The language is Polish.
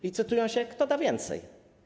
Licytują się, kto da więcej.